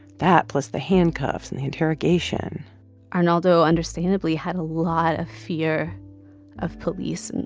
that plus the handcuffs and the interrogation arnaldo understandably had a lot of fear of police.